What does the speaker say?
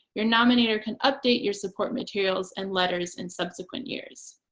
your nominator can update your support materials and letters in subsequent years.